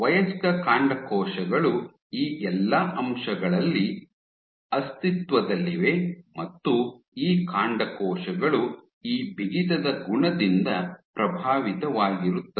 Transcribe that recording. ವಯಸ್ಕ ಕಾಂಡಕೋಶಗಳು ಈ ಎಲ್ಲಾ ಅಂಗಾಂಶಗಳಲ್ಲಿ ಅಸ್ತಿತ್ವದಲ್ಲಿವೆ ಮತ್ತು ಈ ಕಾಂಡಕೋಶಗಳು ಈ ಬಿಗಿತದ ಗುಣದಿಂದ ಪ್ರಭಾವಿತವಾಗಿರುತ್ತದೆ